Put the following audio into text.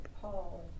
Paul